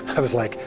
i was like,